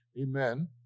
Amen